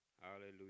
Hallelujah